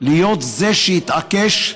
להיות זה שהתעקש,